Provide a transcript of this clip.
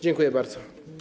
Dziękuję bardzo.